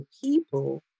people